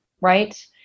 right